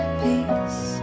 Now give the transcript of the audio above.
peace